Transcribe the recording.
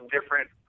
different